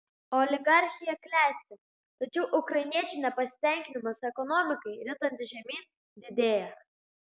oligarchija klesti tačiau ukrainiečių nepasitenkinimas ekonomikai ritantis žemyn didėja